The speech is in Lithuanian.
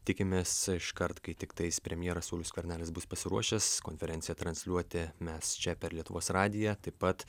tikimės iškart kai tiktais premjeras saulius skvernelis bus pasiruošęs konferenciją transliuoti mes čia per lietuvos radiją taip pat